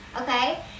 okay